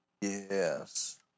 Yes